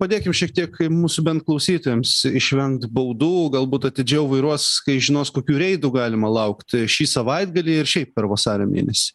padėkim šiek tiek mūsų bent klausytojams išvengt baudų galbūt atidžiau vairuos kai žinos kokių reidų galima laukt šį savaitgalį ir šiaip per vasario mėnesį